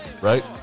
Right